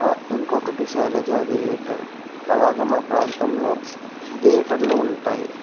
ఇంకొకటి శైలజ థియేటర్ అలాగ మా ప్రాంతంలో థియేటర్లు ఉంటాయి